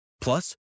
Plus